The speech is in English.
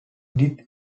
did